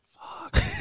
Fuck